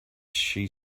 she